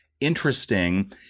Interesting